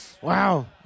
Wow